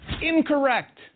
Incorrect